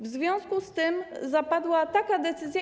W związku z tym zapadła taka decyzja.